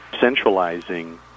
centralizing